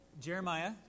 Jeremiah